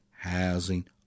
housing